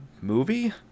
movie